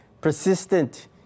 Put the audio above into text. persistent